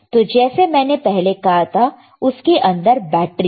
तो जैसे मैंने कहा था उसके अंदर बैटरी है